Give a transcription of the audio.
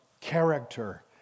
character